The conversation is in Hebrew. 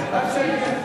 או שתכריז על הפסקה.